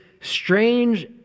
strange